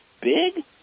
big